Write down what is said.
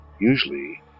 usually